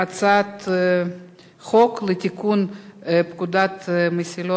הצעת חוק האזרחים הוותיקים (תיקון מס' 12)